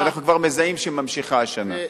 שאנחנו כבר מזהים שהיא ממשיכה השנה.